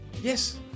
Yes